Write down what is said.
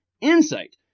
insight